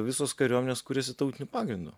visos kariuomenės kuriasi tautiniu pagrindu